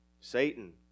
Satan